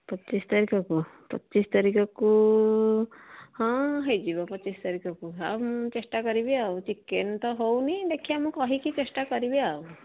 ପଚିଶ ତାରିଖକୁ ପଚିଶ ତାରିଖକୁ ହଁ ହେଇଯିବ ପଚିଶ ତାରିଖକୁ ଆଉ ମୁଁ ଚେଷ୍ଟା କରିବି ଆଉ ଚିକେନ ତ ହଉନି ଦେଖିବା ମୁଁ କହିକି ଚେଷ୍ଟା କରିବି ଆଉ